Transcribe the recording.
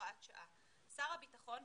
הוראת שעה שר הביטחון,